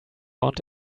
want